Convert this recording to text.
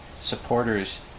supporters